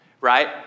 right